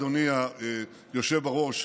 אדוני היושב בראש,